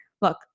look